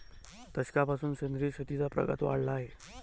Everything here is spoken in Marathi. दशकापासून सेंद्रिय शेतीचा प्रघात वाढला आहे